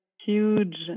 huge